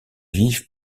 vivent